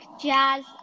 jazz